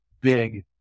big